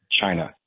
China